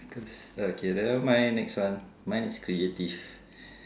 cause okay never mind next one mine is creative